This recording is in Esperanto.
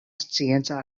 scienca